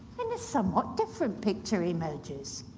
and a somewhat different picture emerges.